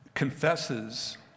confesses